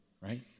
right